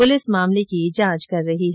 police मामले की जांच कर रही है